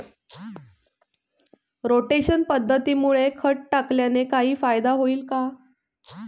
Rotation पद्धतीमुळे खत टाकल्याने काही फायदा होईल का?